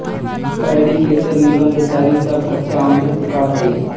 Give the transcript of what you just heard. पयरी, केसर, नीलम, दशहरी सब कच्चा आम के प्रकार हय